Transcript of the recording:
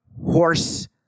horse